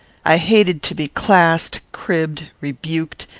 i hated to be classed, cribbed, rebuked,